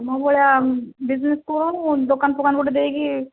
ମୋ ଭଳିଆ ବିଜ୍ନେସ୍ ଦୋକାନ ଫୋକାନ ଗୋଟେ ଦେଇକି